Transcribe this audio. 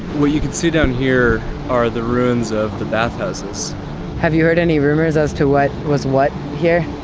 what you can see down here are the ruins of the bath houses have you heard any rumors as to what was what here?